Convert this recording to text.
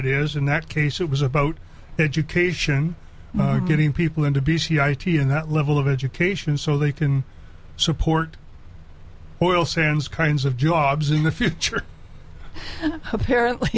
it is in that case it was about education marketing people into b c i t and that level of education so they can support well sans kinds of jobs in the future apparently